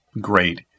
great